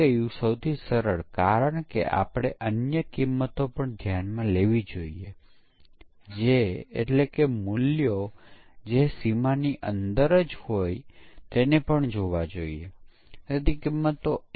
unit એક ઘટક હોઈ શકે છે તે ફંકશન હોઈ શકે અથવા તે મોડ્યુલ હોઈ શકે છે